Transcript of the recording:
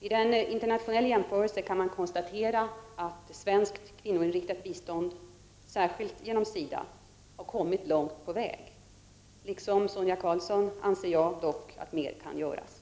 Vid en internationell jämförelse kan man konstatera att svenskt kvinnoinriktat bistånd — särskilt genom SIDA — har kommit långt på väg. Liksom Sonia Karlsson anser jag dock att mer kan göras.